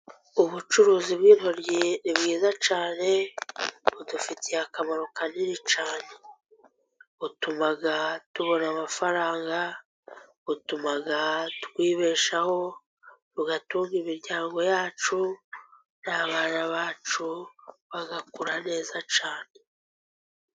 Ubucuruzi bw’intoryi ni bwiza cyane, budufitiye akamaro kanini cyane, butuma tubona amafaranga, butuma twibeshaho, bugatunga imiryango yacu n’abana bacu bagakura neza cyane.